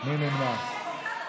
מי נמנע?